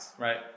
right